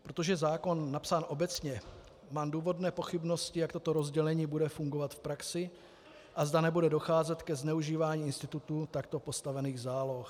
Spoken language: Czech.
Protože je zákon napsán obecně, mám důvodné pochybnosti, jak toto rozdělení bude fungovat v praxi a zda nebude docházet ke zneužívání institutu takto postavených záloh.